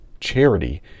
charity